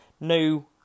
new